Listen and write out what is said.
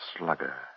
slugger